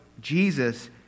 Jesus